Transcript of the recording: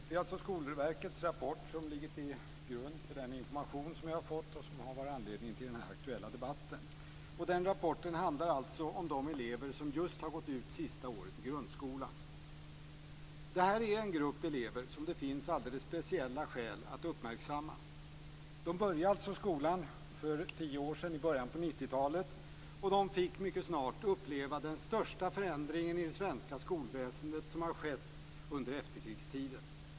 Fru talman! Det är alltså Skolverkets rapport som ligger till grund för den information som vi har fått och som är anledning till den här aktuella debatten. Rapporten handlar om de elever som just har gått ut sista året i grundskolan. Detta är en grupp elever som det finns alldeles speciella skäl att uppmärksamma. De började alltså skolan för tio år sedan, i början på 90-talet, och fick mycket snart uppleva den största förändring i det svenska skolväsendet som har skett under efterkrigstiden.